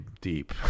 deep